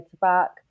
back